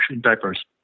diapers